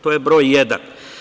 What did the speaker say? To je pod broj jedan.